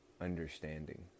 understanding